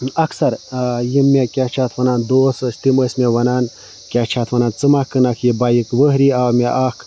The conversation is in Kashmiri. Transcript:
اَکثر یِم مےٚ کیٛاہ چھِ اَتھ وَنان دوس ٲسۍ تِم ٲسۍ مےٚ وَنان کیٛاہ چھِ اَتھ وَنان ژٕ ما کٕنَکھ یہِ بایِک ؤہٕری آو مےٚ اَکھ